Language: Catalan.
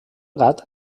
gat